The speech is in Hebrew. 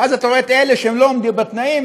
ואז אתה רואה את אלה שלא עומדים בתנאים,